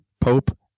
pope